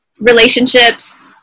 relationships